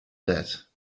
that